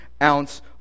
ounce